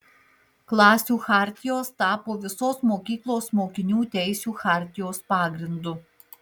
klasių chartijos tapo visos mokyklos mokinių teisių chartijos pagrindu